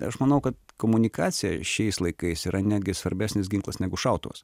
aš manau kad komunikacija šiais laikais yra netgi svarbesnis ginklas negu šautuvas